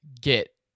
get